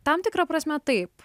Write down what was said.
tam tikra prasme taip